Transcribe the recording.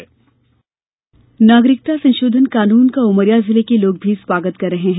प्रतिकिया नागरिकता संशोधन कानून का उमरिया जिले के लोग भी स्वागत कर रहे हैं